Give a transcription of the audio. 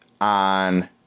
on